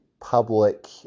public